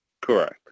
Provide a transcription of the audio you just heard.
Correct